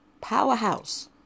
powerhouse